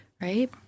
right